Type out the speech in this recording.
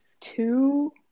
two